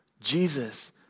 Jesus